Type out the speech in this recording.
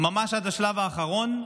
ממש עד השלב האחרון,